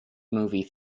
movie